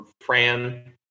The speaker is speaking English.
Fran